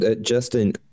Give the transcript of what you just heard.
Justin